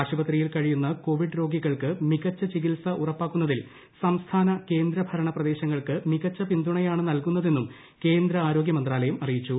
ആശുപത്രിയിൽ കഴിയുന്ന കോവിഡ് രോഗികൾക്ക് മികച്ച ചികിത്സ ഉറപ്പാക്കുന്നതിൽ സംസ്ഥാന കേന്ദ്ര ഭരണ പ്രദേശങ്ങൾക്ക് മികച്ച പിന്തുണയാണ് നൽകുന്നതെന്നും കേന്ദ്ര ആരോഗ്യമന്ത്രാലയം അറിയിച്ചു